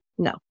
No